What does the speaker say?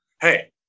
Hey